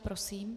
Prosím.